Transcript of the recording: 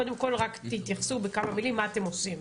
קודם כל רק תתייחסו בכמה מילים מה אתם עושים,